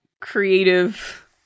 creative